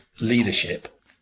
leadership